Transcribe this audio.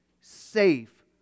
safe